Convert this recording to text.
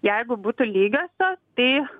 jeigu būtų lygiosios tai